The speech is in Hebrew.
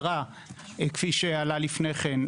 כפי שעלה לפני כן,